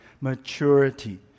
maturity